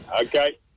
Okay